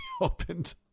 opened